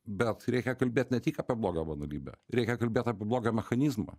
bet reikia kalbėt ne tik apie blogio banalybę reikia kalbėt apie blogio mechanizmą